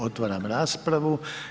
Otvaram raspravu.